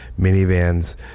minivans